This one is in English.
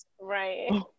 Right